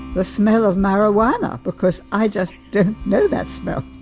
the smell of marijuana because i just didn't know that smell